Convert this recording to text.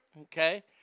okay